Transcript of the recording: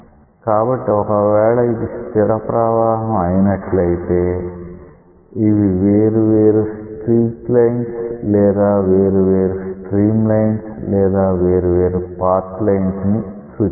కాబట్టి ఒకవేళ ఇది స్థిర ప్రవాహం అయినట్లయితే ఇవి వేరు వేరు స్ట్రీక్ లైన్స్ లేదా వేరు వేరు స్ట్రీమ్ లైన్స్ లేదా వేరు వేరు పాత్ లైన్స్ ని సూచిస్తాయి